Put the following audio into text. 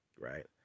right